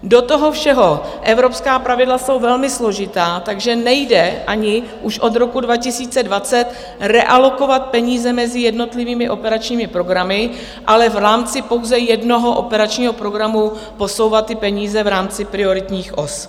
Do toho všeho evropská pravidla jsou velmi složitá, takže nejde ani už od roku 2020 realokovat peníze mezi jednotlivými operačními programy, ale v rámci pouze jednoho operačního programu posouvat ty peníze v rámci prioritních os.